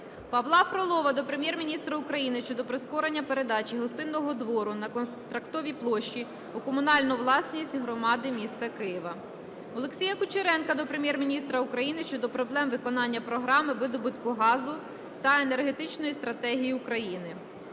Павла Фролова до Прем'єр-міністра України щодо прискорення передачі Гостинного двору на Контрактовій площі у комунальну власність громади міста Києва. Олексія Кучеренка до Прем'єр-міністра України щодо проблем виконання програми видобутку газу та Енергетичної стратегії України.